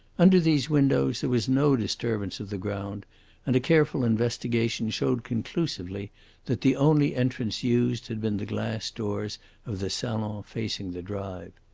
under these windows there was no disturbance of the ground and a careful investigation showed conclusively that the only entrance used had been the glass doors of the salon facing the drive.